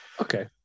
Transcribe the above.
okay